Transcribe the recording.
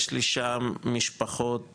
יש לי שם משפחות,